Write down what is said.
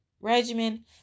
regimen